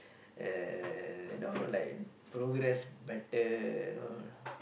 and you know like progress better you know